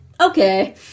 okay